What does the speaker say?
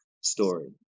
story